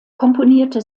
komponierte